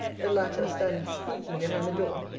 the latter standing sneaking behind the door,